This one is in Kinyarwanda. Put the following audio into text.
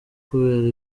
kubera